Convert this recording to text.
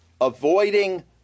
avoiding